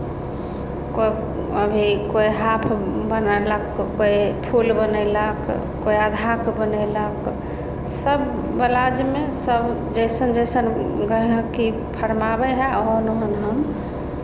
स् अभी कोइ हाफ बनेलक कोइ फुल बनेलक कोइ आधाके बनेलक सभ ब्लाउजमे सभ जैसन जैसन गहिँकी फरमाबै हए ओहन ओहन हम